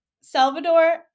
Salvador